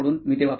मी ते वापरतो